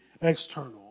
external